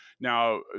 Now